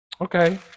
Okay